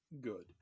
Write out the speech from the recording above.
good